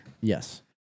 Yes